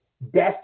best